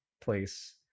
place